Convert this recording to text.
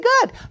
good